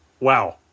Wow